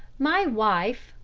my wife,